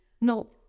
No